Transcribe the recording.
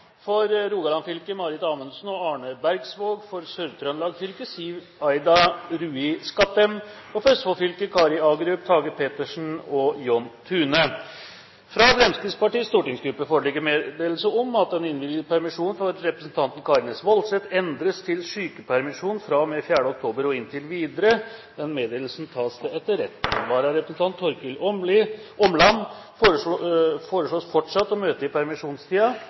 For Rogaland fylke: Marit Amundsen og Arne Bergsvåg For Sør-Trøndelag fylke: Siv Aida Rui Skattem For Østfold fylke: Kari Agerup, Tage Pettersen og John Thune Fra Fremskrittspartiets stortingsgruppe foreligger meddelelse om at den innvilgede permisjon for representanten Karin S. Woldseth endres til sykepermisjon fra og med 4. oktober og inntil videre. – Denne meddelelse tas til etterretning. Vararepresentanten, Torkil Åmland, foreslås fortsatt å møte i